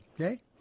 okay